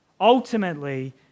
ultimately